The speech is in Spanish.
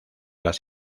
las